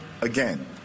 again